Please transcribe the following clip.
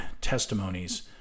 testimonies